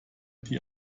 die